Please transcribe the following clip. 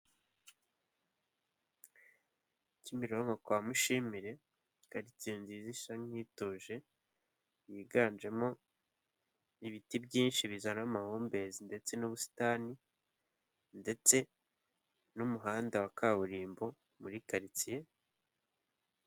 Kimironko kwa Mushimire, karitsiye nziza isa nk'ituje yiganjemo ibiti byinshi bizana amahumbezi ndetse n'ubusitani, ndetse n'umuhanda wa kaburimbo muri karitsiye.